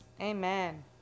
Amen